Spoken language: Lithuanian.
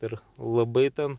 ir labai ten